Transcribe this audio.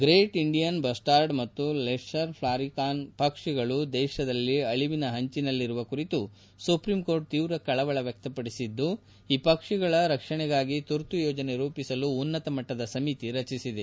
great Indian bustard ಮತ್ತು lesser florican ಪಕ್ಷಿಗಳು ದೇಶದಲ್ಲಿ ಅಳಿವಿನ ಅಂಚಿನಲ್ಲಿರುವ ಕುರಿತು ಸುಪ್ರೀಂಕೋರ್ಟ್ ತೀವ್ರ ಕಳವಳ ವ್ಯಕ್ತಪಡಿಸಿದ್ದು ಈ ಪಕ್ಷಿಗಳ ರಕ್ಷಣೆಗಾಗಿ ತುರ್ತು ಯೋಜನೆ ರೂಪಿಸಲು ಉನ್ನತ ಮಟ್ಟದ ಸಮಿತಿ ರಚಿಸಿದೆ